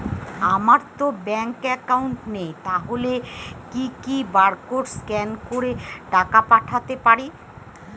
আমারতো bank account নেই তাহলে কি কি বারকোড স্ক্যান করে টাকা পাঠাতে পারি?